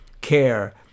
care